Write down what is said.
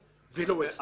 לא, בסדר.